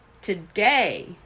today